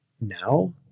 now